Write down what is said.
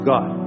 God